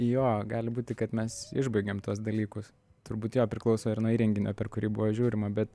jo gali būti kad mes išbaigėm tuos dalykus turbūt jo priklauso ir nuo įrenginio per kurį buvo žiūrima bet